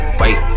wait